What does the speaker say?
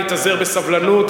להתאזר בסבלנות,